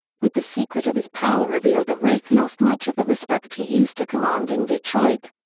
with the secret of his power revealed the wraith lost much of the respect he used to command in detroit.